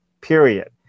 period